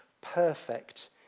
perfect